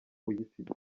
uyifite